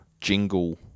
jingle